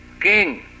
king